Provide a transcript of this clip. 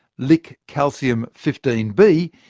lick calcium fifteen b,